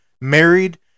married